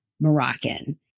Moroccan